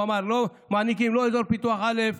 הוא אמר: לא מעניקים לא אזור "פיתוח א',